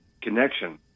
connection